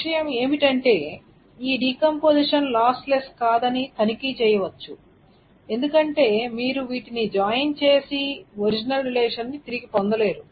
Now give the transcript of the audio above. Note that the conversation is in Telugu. విషయం ఏమిటంటే ఈ డీకంపోసిషన్ లాస్ లెస్ కాదని తనిఖీ చేయవచ్చు ఎందుకంటే మీరు వీటిని జాయిన్ చేసి ఒరిజినల్ రిలేషన్ ని తిరిగి పొందలేరు